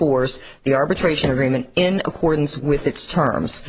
force the arbitration agreement in accordance with its terms